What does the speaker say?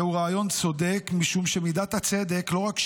זהו רעיון צודק משום שמידת הצדק לא רק שמאפשרת,